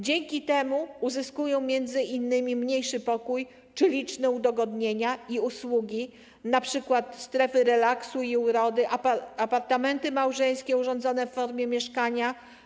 Dzięki temu uzyskują m.in. mniejszy pokój czy liczne udogodnienia i usługi, np. strefy relaksu i urody, apartamenty małżeńskie urządzone w formie mieszkania.